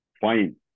Fine